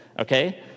okay